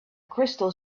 crystal